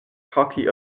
cocky